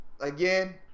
again